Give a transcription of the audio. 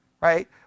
right